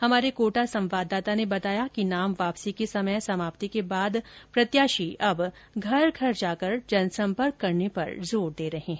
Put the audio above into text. हमारे कोटा संवाददाता ने बताया है कि नाम वापसी के समय समाप्ति के बाद प्रत्याशी अब घर घर जाकर जनसंपर्क करने पर जोर दे रहे हैं